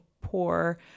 poor